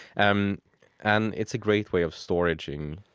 um and it's a great way of storing